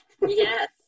Yes